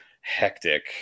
hectic